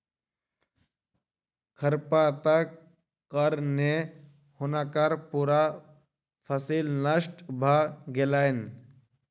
खरपातक कारणें हुनकर पूरा फसिल नष्ट भ गेलैन